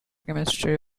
chemistry